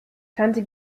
tante